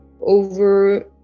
over